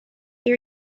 ear